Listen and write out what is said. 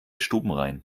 stubenrein